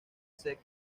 sets